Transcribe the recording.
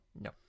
No